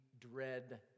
dread